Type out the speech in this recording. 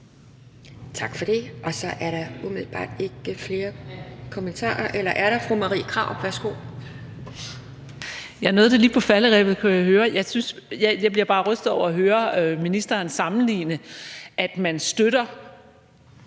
Tak for det. Så er der middelbart ikke flere kommentarer. Eller er der? Fru Marie Krarup, værsgo. Kl. 12:26 Marie Krarup (DF): Jeg nåede det lige på falderebet, kunne jeg høre. Jeg bliver bare rystet over at høre ministeren sammenligne det, at man støtter